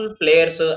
players